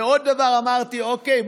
ועוד דבר אמרתי: אוקיי,